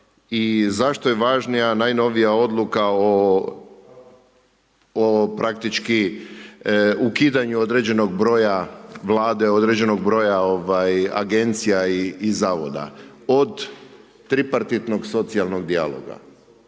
zašto je važnija najnovija odluka o praktički ukidanju određenog broja vlade, određenog broja agencija i zavoda od tripartitnog socijalnog dijaloga?